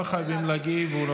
לא חייבים להגיב.